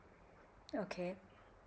okay